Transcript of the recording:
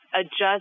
adjust